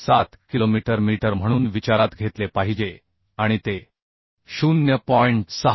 7 kilometre metre म्हणून विचारात घेतले पाहिजे आणि ते 0